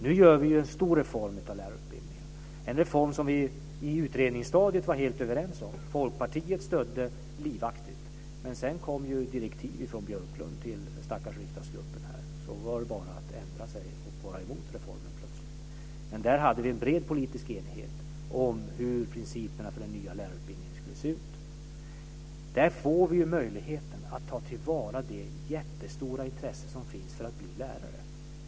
Nu gör vi en stor reform av lärarutbildningen, en reform som vi i utredningsstadiet var helt överens om. Folkpartiet stödde livaktigt, men sedan kom direktiv från Björklund till stackars riksdagsgruppen, och då var det bara att ändra sig och vara emot reformen plötsligt. Men där hade vi en bred politisk enighet om hur principerna för den nya lärarutbildningen skulle se ut. Där får vi möjligheten att ta till vara det jättestora intresse som finns för att bli lärare.